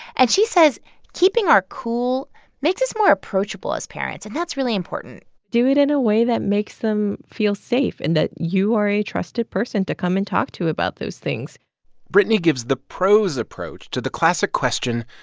and she says keeping our cool makes us more approachable as parents. and that's really important do it in a way that makes them feel safe and that you are a trusted person to come and talk to about those things brittany gives the pros approach to the classic question,